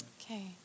Okay